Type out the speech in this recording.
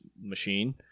Machine